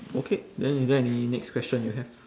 okay then is there any next question you have